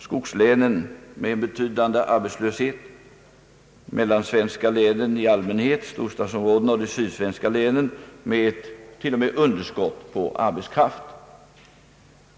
Skogslänen har en betydande arbetslöshet medan storstadsområdena och de sydsvenska länen t.o.m. har underskott på arbetskraft.